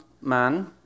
man